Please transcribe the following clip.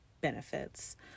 benefits